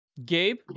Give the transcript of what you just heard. Gabe